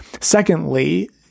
Secondly